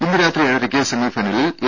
ഇന്ന് രാത്രി ഏഴരയ്ക്ക് സെമി ഫൈനലിൽ എ